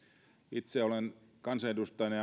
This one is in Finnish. itse olen kansanedustajana